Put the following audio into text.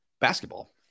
basketball